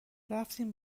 رفتیم